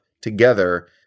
together